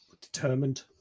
Determined